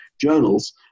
journals